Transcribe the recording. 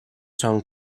song